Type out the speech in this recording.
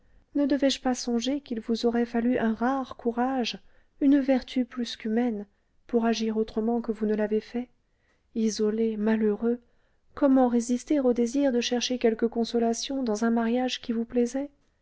ne devais-je pas songer qu'il vous aurait fallu un rare courage une vertu plus qu'humaine pour agir autrement que vous ne l'avez fait isolé malheureux comment résister au désir de chercher quelques consolations dans un mariage qui vous plaisait